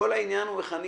העניין הוא איך אני